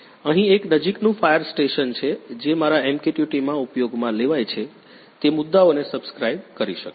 અહીં એક નજીકનું ફાયર સ્ટેશન છે જે મારા MQTT માં ઉપયોગમાં લેવાય છે તે મુદ્દાઓને સબ્સ્ક્રાઇબ કરી શકે છે